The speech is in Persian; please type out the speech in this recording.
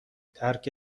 ترک